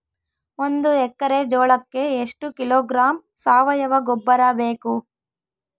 ಒಂದು ಎಕ್ಕರೆ ಜೋಳಕ್ಕೆ ಎಷ್ಟು ಕಿಲೋಗ್ರಾಂ ಸಾವಯುವ ಗೊಬ್ಬರ ಬೇಕು?